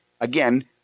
again